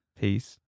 Peace